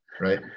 right